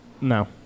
No